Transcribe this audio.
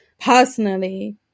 Personally